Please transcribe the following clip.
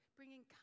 bringing